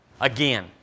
Again